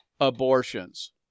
abortions